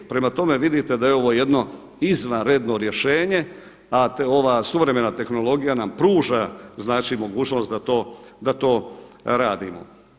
Prema tome, vidite da je ovo jedno izvanredno rješenje, a ova suvremena tehnologija nam pruža znači mogućnost da to radimo.